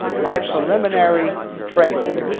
my preliminary tracing.